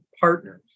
partners